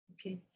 Okay